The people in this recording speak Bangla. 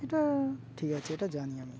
এটা ঠিক আছে এটা জানি আমি